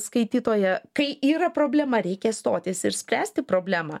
skaitytoja kai yra problema reikia stotis ir spręsti problemą